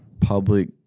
Public